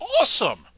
awesome